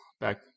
back